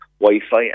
Wi-Fi